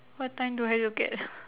what time do I look at